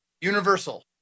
Universal